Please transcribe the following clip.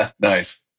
Nice